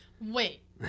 Wait